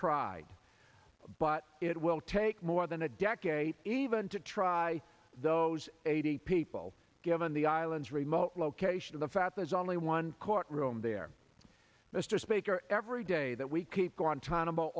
tried but it will take more than a decade even to try those eighty people given the island's remote location of the fact there's only one court room there mr speaker every day that we keep g